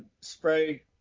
spray